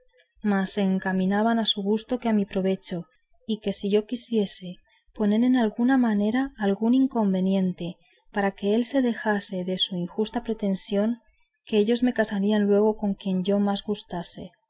se encaminaban a su gusto que a mi provecho y que si yo quisiese poner en alguna manera algún inconveniente para que él se dejase de su injusta pretensión que ellos me casarían luego con quien yo más gustase